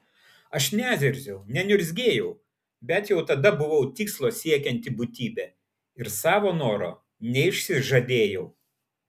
aš nezirziau neniurzgėjau bet jau tada buvau tikslo siekianti būtybė ir savo noro neišsižadėjau